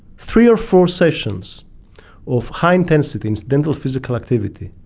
three or four sessions of high intensity incidental physical activity,